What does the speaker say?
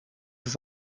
has